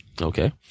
Okay